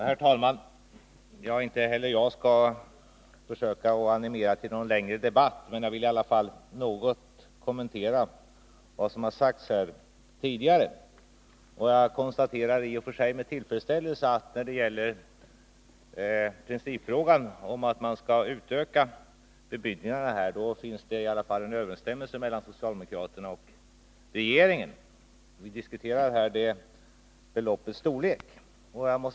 Herr talman! Inte heller jag skall försöka att animera till någon längre debatt. Jag vill i alla fall något kommentera vad som sagts här. I och för sig konstaterar jag med tillfredsställelse att det när det gäller principfrågan om en utökning av bemyndigandena finns en överensstämmelse mellan socialdemokraterna och regeringen. Vi diskuterar här beloppets storlek.